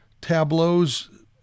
Tableau's